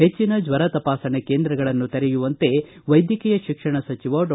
ಹೆಚ್ಚಿನ ಜ್ವರ ತಪಾಸಣೆ ಕೇಂದ್ರಗಳನ್ನು ತೆರೆಯುವಂತೆ ವೈದ್ಯಕೀಯ ಶಿಕ್ಷಣ ಸಚಿವ ಡಾ